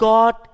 God